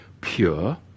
Pure